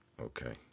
okay